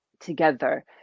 Together